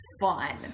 fun